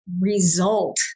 result